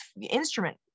instrument